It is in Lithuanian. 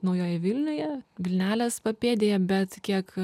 naujoj vilnioje vilnelės papėdėje bet kiek